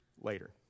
later